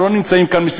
שלא נמצאים כאן,